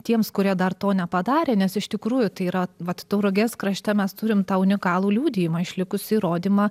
tiems kurie dar to nepadarė nes iš tikrųjų tai yra vat tauragės krašte mes turim tą unikalų liudijimą išlikusį įrodymą